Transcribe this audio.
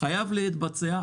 חייב להתבצע,